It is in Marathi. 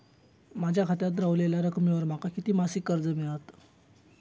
माझ्या खात्यात रव्हलेल्या रकमेवर माका किती मासिक कर्ज मिळात?